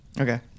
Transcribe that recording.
Okay